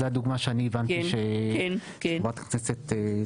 זו הדוגמה שאני הבנתי שחברת הכנסת צרפתי הביאה.